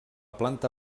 planta